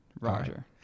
Roger